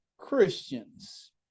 Christians